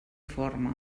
forma